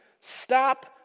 Stop